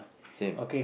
same